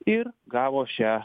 ir gavo šią